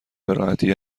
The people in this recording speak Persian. براحتی